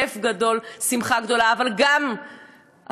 כיף גדול, שמחה גדולה, אבל גם אחריות.